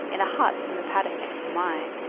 in a hut in the paddock next to mine.